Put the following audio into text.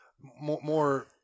more